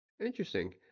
Interesting